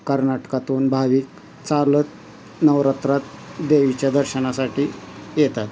कर्नाटकातून भावीक चालत नवरात्रात देवीच्या दर्शनासाठी येतात